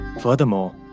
Furthermore